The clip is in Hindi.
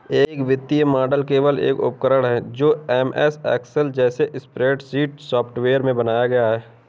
एक वित्तीय मॉडल केवल एक उपकरण है जो एमएस एक्सेल जैसे स्प्रेडशीट सॉफ़्टवेयर में बनाया गया है